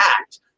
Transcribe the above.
act